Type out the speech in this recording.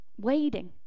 waiting